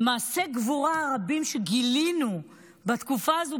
מעשי הגבורה הרבים שגילינו בתקופה הזאת,